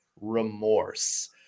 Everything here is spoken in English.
remorse